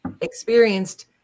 experienced